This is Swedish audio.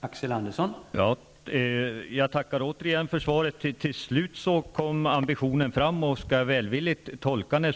Herr talman! Jag tackar återigen för svaret. Till slut kom regeringens ambition fram. Och om jag skall tolka det